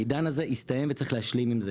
העידן הזה הסתיים וצריך להשלים עם זה,